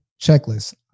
checklist